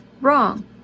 wrong